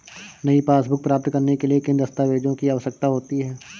नई पासबुक प्राप्त करने के लिए किन दस्तावेज़ों की आवश्यकता होती है?